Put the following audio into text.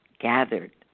gathered